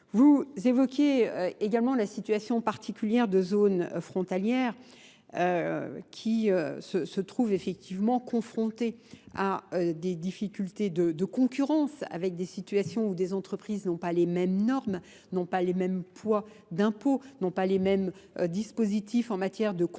Vous évoquez également la situation particulière de zones frontalières. qui se trouvent effectivement confrontés à des difficultés de concurrence avec des situations où des entreprises n'ont pas les mêmes normes, n'ont pas les mêmes poids d'impôts, n'ont pas les mêmes dispositifs en matière de compétitivité